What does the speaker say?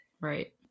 Right